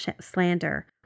slander